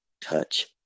touch